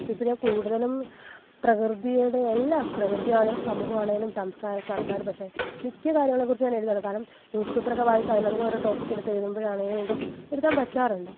ഇപ്പം ഞാന് കൂടുതലും പ്രകൃതിയുടെ എല്ലാം പ്രകൃതിയാണേല് സമൂഹം ആണെങ്കിലും സംസ്കാരം സര്ക്കാർ പക്ഷേ മിക്ക കാര്യങ്ങളേക്കുറിച്ചും ഞാൻ എഴുതാണ് കാരണം ന്യൂസ് പേപ്പർ ഒക്കെ വായിച്ച് അതിനകത്തു നിന്നോരോ ടോപ്പിക്ക് എടുത്തെഴുതുമ്പോഴാണെങ്കിലും മേക്കും എഴുതാന് പറ്റാറുണ്ട്